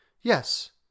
yes